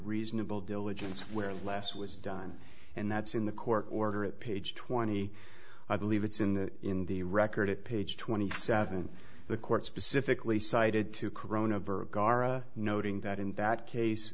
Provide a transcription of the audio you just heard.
reasonable diligence where the last was done and that's in the court order at page twenty i believe it's in the in the record at page twenty seven the court specifically cited to corona virg garra noting that in that case